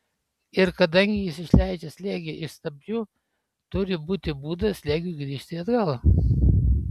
ir kadangi jis išleidžia slėgį iš stabdžių turi būti būdas slėgiui grįžti atgal